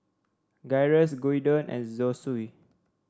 Gyros Gyudon and Zosui